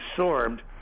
absorbed